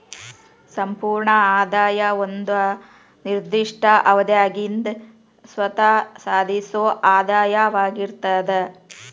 ಸಂಪೂರ್ಣ ಆದಾಯ ಒಂದ ನಿರ್ದಿಷ್ಟ ಅವಧ್ಯಾಗಿಂದ್ ಸ್ವತ್ತ ಸಾಧಿಸೊ ಆದಾಯವಾಗಿರ್ತದ